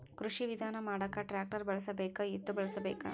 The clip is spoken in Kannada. ಕೃಷಿ ವಿಧಾನ ಮಾಡಾಕ ಟ್ಟ್ರ್ಯಾಕ್ಟರ್ ಬಳಸಬೇಕ, ಎತ್ತು ಬಳಸಬೇಕ?